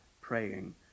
praying